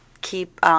keep